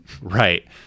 Right